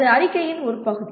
அது அறிக்கையின் ஒரு பகுதி